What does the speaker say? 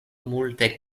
multe